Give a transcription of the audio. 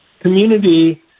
community